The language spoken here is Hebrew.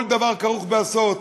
כל דבר כרוך בהסעות,